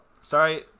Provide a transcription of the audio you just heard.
Sorry